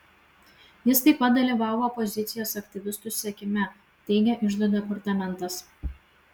jis taip pat dalyvavo opozicijos aktyvistų sekime teigė iždo departamentas